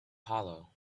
hollow